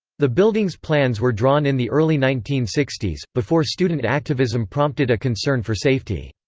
the building's plans were drawn in the early nineteen sixty s, before student activism prompted a concern for safety.